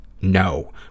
No